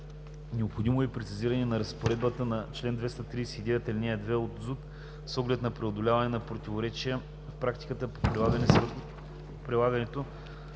Необходимо е и прецизиране на разпоредбата на чл. 239, ал. 2 от ЗУТ с оглед на преодоляване на противоречия в практиката по прилагането,